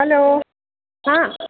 hello ಹಾಂ